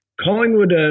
Collingwood